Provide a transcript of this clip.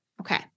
Okay